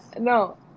No